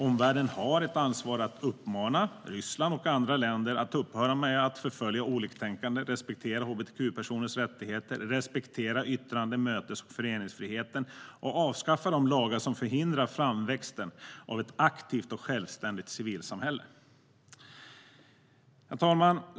Omvärlden har ett ansvar för att uppmana Ryssland och andra länder att upphöra med att förfölja oliktänkande, att respektera hbtq-personers rättigheter, att respektera yttrande-, mötes och föreningsfriheten och att avskaffa de lagar som förhindrar framväxten av ett aktivt och självständigt civilsamhälle. Herr talman!